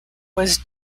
was